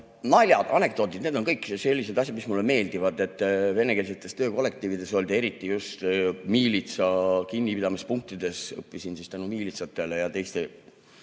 naljad, anekdoodid, need on kõik sellised asjad, mis mulle meeldivad. Venekeelsetes töökollektiivides ja eriti just miilitsa kinnipidamispunktides õppisin siis tänu miilitsatele ja teistele